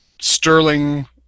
Sterling